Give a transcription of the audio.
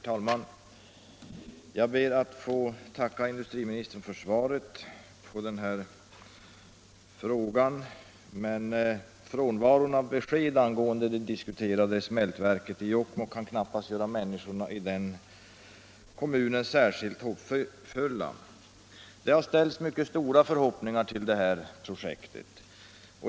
Herr talman! Jag ber att få tacka industriministern för svaret på min fråga, men frånvaron av besked angående det diskuterade smältverket i Jokkmokk kan knappast göra människorna i den kommunen särskilt hoppfulla. Det har ställts mycket stora förhoppningar på det här projektet.